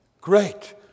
Great